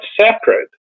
separate